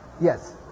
Yes